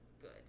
good